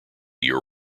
year